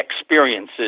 experiences